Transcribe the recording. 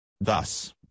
Thus